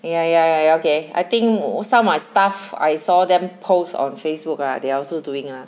ya ya ya ya okay I think some my staff I saw them post on Facebook ah they also doing ah